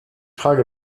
frage